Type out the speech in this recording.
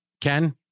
Ken